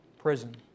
prison